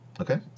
Okay